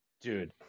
Dude